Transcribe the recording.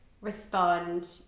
respond